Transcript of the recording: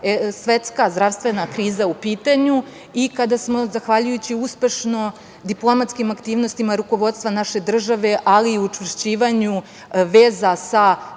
svetska zdravstvena kriza u pitanju i kada smo zahvaljujući uspešno diplomatskim aktivnostima rukovodstva naše države, ali i učvršćivanju veza sa